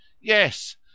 yes